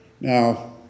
Now